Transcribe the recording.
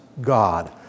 God